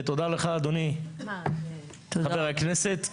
ותודה לך אדוני חבר הכנסת,